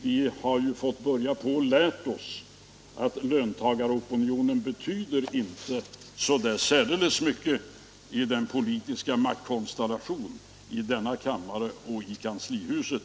Vi har fått börja lära oss att löntagaropinionen inte betyder så där särdeles mycket iden politiska maktkonstellationen i denna kammare och i kanslihuset.